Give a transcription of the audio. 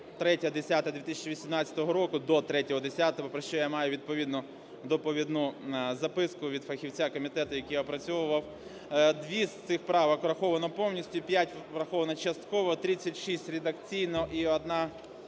Дві з цих правок враховано повністю, п'ять враховано частково, 36 – редакційно і одна,